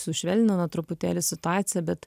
sušvelnina truputėlį situaciją bet